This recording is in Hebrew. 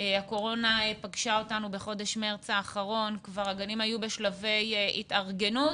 הקורונה פגשה אותנו בחודש מארס האחרון וכבר הגנים היו בשלבי התארגנות.